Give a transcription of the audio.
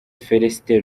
felicite